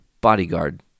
Bodyguard